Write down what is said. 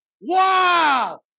Wow